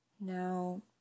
Now